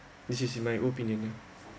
this is in my opinion